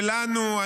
ולנו,